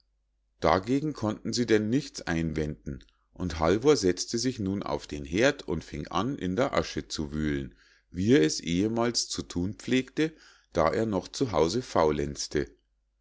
dagegen konnten sie denn nichts einwenden und halvor setzte sich nun auf den herd und fing an in der asche zu wühlen wie er ehemals zu thun pflegte da er noch zu hause faulenzte